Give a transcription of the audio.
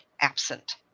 absent